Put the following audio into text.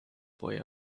boy